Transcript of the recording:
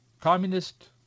Communist